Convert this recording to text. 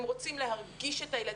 הן רוצות להרגיש את הילדים,